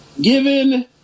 given